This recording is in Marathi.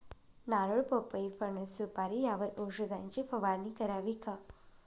नारळ, पपई, फणस, सुपारी यावर औषधाची फवारणी करावी का?